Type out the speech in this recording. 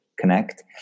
connect